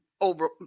over